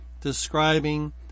describing